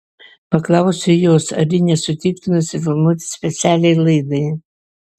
paklausiau jos ar ji nesutiktų nusifilmuoti specialiai laidai